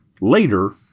later